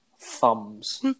thumbs